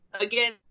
again